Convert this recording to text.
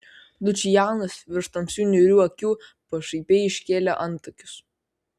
lučianas virš tamsių niūrių akių pašaipiai iškėlė antakius